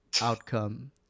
outcome